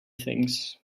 things